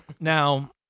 Now